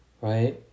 right